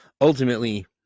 ultimately